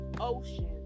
ocean